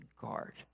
guard